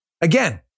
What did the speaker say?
Again